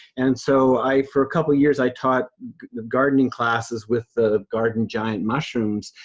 and so i, for a couple of years, i taught gardening classes with the garden giant mushrooms.